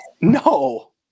no